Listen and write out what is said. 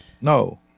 No